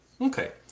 Okay